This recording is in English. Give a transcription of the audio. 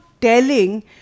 telling